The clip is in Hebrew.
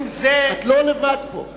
את לא לבד פה.